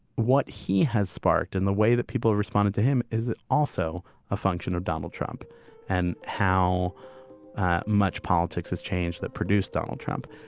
what he has sparked in the way that people responded to him is that also a function of donald trump and how much politics has changed that produced donald trump?